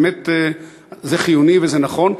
ובאמת, זה חיוני וזה נכון.